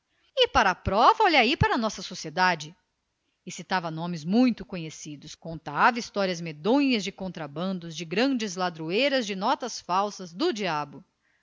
e senão olhe aí para a nossa sociedade e citava nomes muito conhecidos contava histórias medonhas de contrabandos de grande ladroeiras de notas falsas do diabo